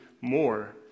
more